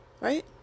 right